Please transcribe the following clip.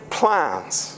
plans